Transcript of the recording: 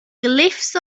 glyphs